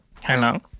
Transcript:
Hello